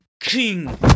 King